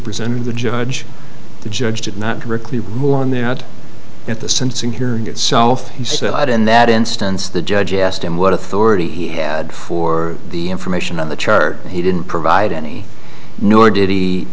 presented the judge the judge did not directly rule on that at the sentencing hearing itself he said in that instance the judge asked him what authority he had for the information on the chart and he didn't provide any n